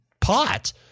pot